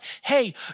Hey